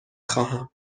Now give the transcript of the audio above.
خواهم